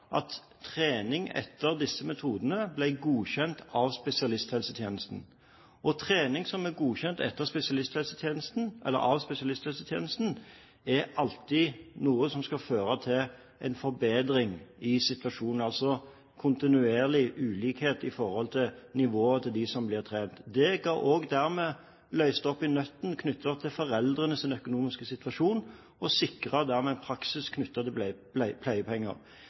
at trening etter disse metodene ble godkjent av spesialisthelsetjenesten. Trening som er godkjent av spesialisthelsetjenesten, er alltid noe som skal føre til en forbedring av situasjonen, altså kontinuerlig ulikhet i forhold til nivået til dem som blir trent. Det løste nøtten knyttet til foreldrenes økonomiske situasjon, og sikret dermed praksis knyttet til pleiepenger. Dette var en juridisk tolkning av loven i en sak i Aust-Agder, og en politisk bruk av den muligheten til